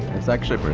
it's actually